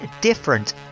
different